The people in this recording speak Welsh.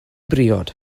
briod